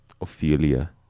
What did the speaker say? Ophelia